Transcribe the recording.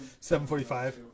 7.45